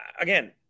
again